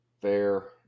fair